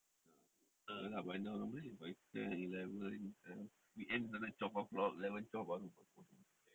ah ya lah but normally by ten eleven thirty weekend twelve o'clock eleven twelve baru order masuk